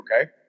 Okay